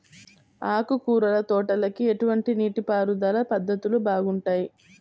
ఆకుకూరల తోటలకి ఎటువంటి నీటిపారుదల పద్ధతులు బాగుంటాయ్?